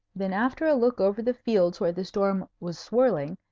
then, after a look over the fields where the storm was swirling,